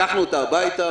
לקחנו אותה הביתה,